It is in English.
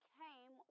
came